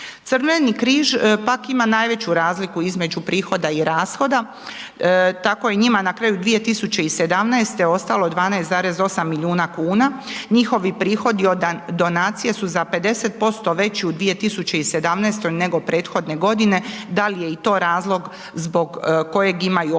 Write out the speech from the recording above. Crveni Križ, pak ima najveću razliku između prihoda i rashoda, tako je njima na kraju 2017. ostalo 12,8 milijuna kuna, njihovi prihodi od donacije su za 50% veći u 2017., nego prethodne godine, da li je i to razlog zbog kojeg imaju ovoliki